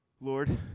Lord